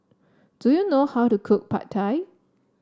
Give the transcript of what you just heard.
do you know how to cook Pad Thai